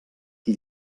qui